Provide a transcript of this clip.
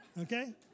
okay